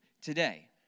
today